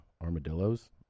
Armadillos